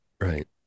Right